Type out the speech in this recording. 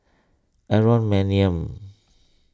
Aaron Maniam